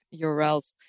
urls